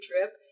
trip